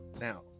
Now